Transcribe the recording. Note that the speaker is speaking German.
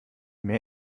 mehr